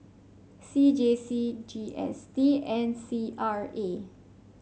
C J C G S T and C R A